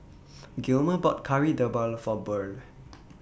Gilmer bought Kari Debal For Burl